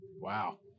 wow